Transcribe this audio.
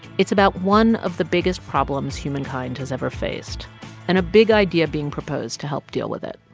it's about one of the biggest problems humankind has ever faced and a big idea being proposed to help deal with it